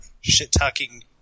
shit-talking